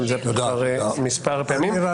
גם זה כבר מספר פעמים.